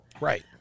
right